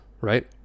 right